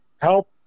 help